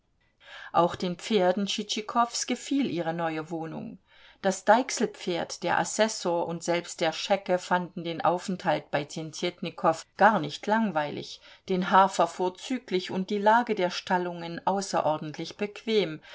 auch den pferden tschitschikows gefiel ihre neue wohnung das deichselpferd der assessor und selbst der schecke fanden den aufenthalt bei tjentjetnikow gar nicht langweilig den hafer vorzüglich und die lage der stallungen außerordentlich bequem